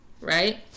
Right